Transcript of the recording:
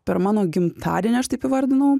per mano gimtadienį aš taip įvardinau